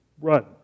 Run